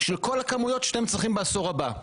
של כל הכמויות שאתם צריכים בעשור הבא.